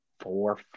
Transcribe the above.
four